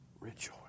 rejoice